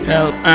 Help